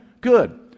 Good